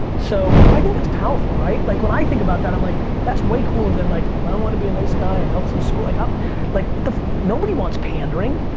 so, and i think that's powerful, right? like when i think about that, i'm like, that's way cooler than, like i wanna be a nice guy and help some school, like like, nobody wants pandering.